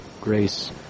grace